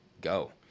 go